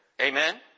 Amen